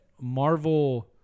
Marvel